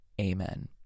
Amen